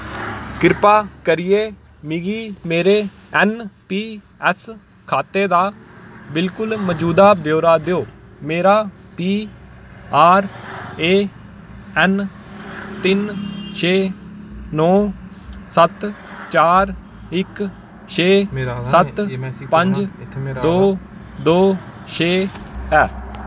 किरपा करियै मिगी मेरे एन पी एस खाते दा बिलकुल मजूदा ब्यौरा देओ मेरा पी आर ए एन तिन छे नौ सत्त चार इक छे सत्त पंज दो दो छे ऐ